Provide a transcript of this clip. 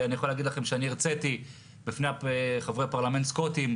אני יכול להגיד לכם שהרציתי בפני חברי פרלמנט סקוטים,